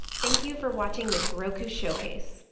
thank you for watching this heroku showcase.